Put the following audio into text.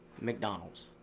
McDonald's